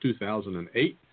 2008